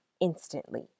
instantly